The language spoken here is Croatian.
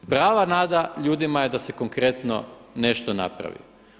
Prava nada ljudima je da se konkretno nešto napravi.